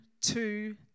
two